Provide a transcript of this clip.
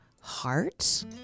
heart